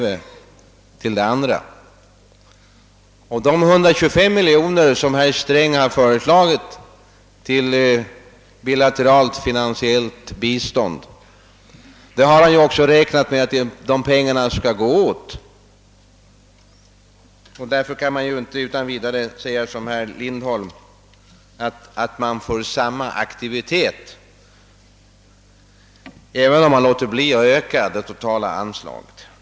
Herr Sträng har ju räknat med att de 125 miljoner kronor som han föreslagit till bilateralt finansiellt bistånd skall gå åt. Man kan alltså inte utan vidare säga som herr Lindholm att aktiviteten blir densamma även om man låter bli att öka det totala anslaget.